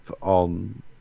on